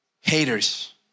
Haters